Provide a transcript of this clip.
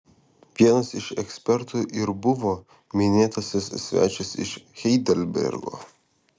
vienas iš ekspertų ir buvo minėtasis svečias iš heidelbergo